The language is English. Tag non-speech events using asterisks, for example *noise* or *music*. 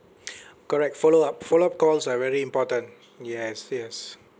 *noise* correct follow up follow up calls are very important yes yes